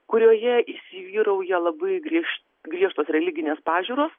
kurioje įsivyrauja labai griež griežtos religinės pažiūros